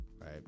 right